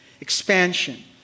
expansion